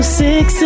six